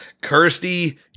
Kirsty